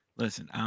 Listen